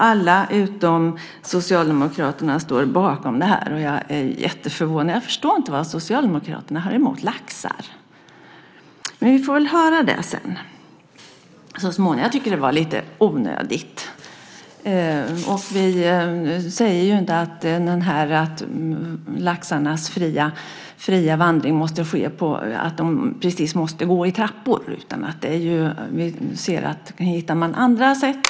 Alla utom Socialdemokraterna står bakom det här, och jag är jätteförvånad. Jag förstår inte vad Socialdemokraterna har emot laxar, men vi får väl höra det så småningom. Jag tycker det var lite onödigt. Vi säger inte att laxarnas fria vandring precis måste ske i trappor, utan vi ser att det går att hitta andra sätt.